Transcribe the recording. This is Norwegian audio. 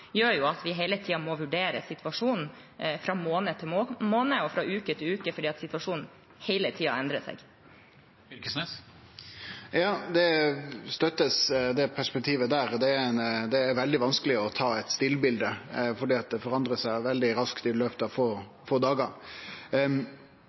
at vi hele tiden må vurdere situasjonen fra måned til måned og uke til uke, fordi situasjonen hele tiden endrer seg. Det perspektivet blir støtta. Det er veldig vanskeleg å ta eit stillbilde, for dette endrar seg raskt i løpet av få